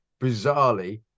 bizarrely